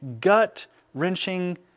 gut-wrenching